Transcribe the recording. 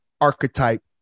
archetype